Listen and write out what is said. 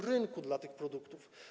rynku dla tych produktów?